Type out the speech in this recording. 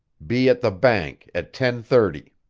be at the bank at ten thirty.